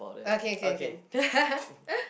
ah can can can